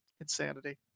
insanity